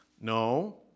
No